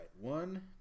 one